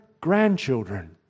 grandchildren